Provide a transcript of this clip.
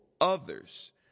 others